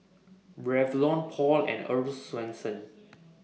Revlon Paul and Earl's Swensens